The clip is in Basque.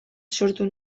sortu